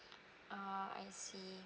ah I see